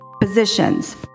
positions